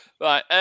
Right